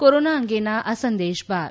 corona અંગેના આ સંદેશ બાદ